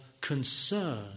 concern